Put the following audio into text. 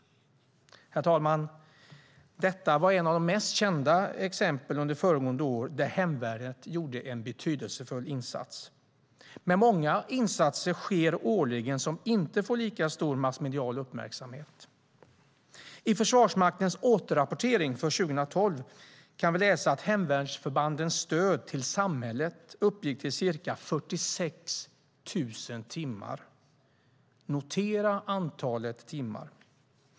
Herr talman! Detta var ett av de mest kända exemplen under föregående år där hemvärnet gjorde en betydelsefull insats. Men många insatser sker årligen som inte får lika stor massmedial uppmärksamhet. I Försvarsmaktens återrapportering för 2012 kan vi läsa att hemvärnsförbandens stöd till samhället uppgick till ca 46 000 timmar. Notera antalet timmar!